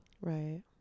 right